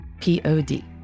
P-O-D